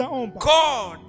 God